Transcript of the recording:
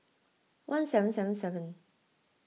one seven seven seven